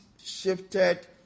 shifted